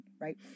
right